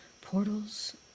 portals